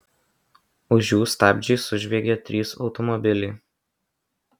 už jų stabdžiais sužviegė trys automobiliai